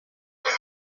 بهتر